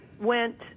went